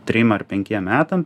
trim ar penkiem metam